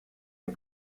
les